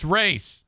race